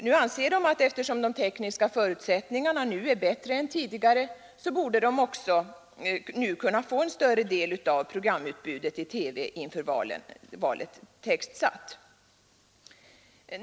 Nu anser man, eftersom de tekniska förutsätt ningarna är bättre nu än tidigare, att man också borde kunna få en större del av programutbudet i TV inför valet textsatt.